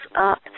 up